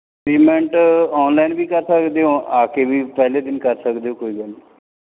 payment online ਵੀ ਕਰ ਸਕਦੇ ਹੋ ਆ ਕੇ ਵੀ ਪਹਿਲੇ ਦਿਨ ਕਰ ਸਕਦੇ ਹੋ ਕੋਈ ਗੱਲ ਨਹੀਂ